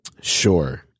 Sure